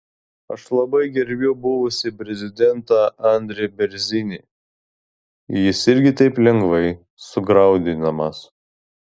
aš labai gerbiu buvusį prezidentą andrį bėrzinį jis irgi taip lengvai sugraudinamas